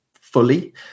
fully